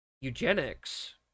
eugenics